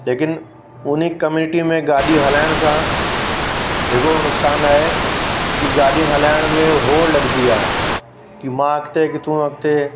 लेकिन उन कम्युनिटी में गाॾी हलाइण सां हिकिड़ो नुक़सान आहे कि गाॾी हलाइण में उहो लॻंदी आहे कि मां अॻिते कि तू अॻिते